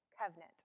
covenant